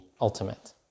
ultimate